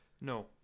No